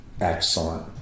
Excellent